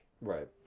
Right